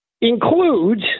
includes